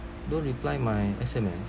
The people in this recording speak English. don't reply my S_M_S